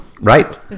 Right